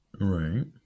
Right